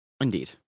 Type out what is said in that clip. Indeed